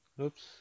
Oops